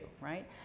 right